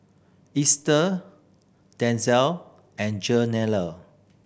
Easter Denzel and Jenelle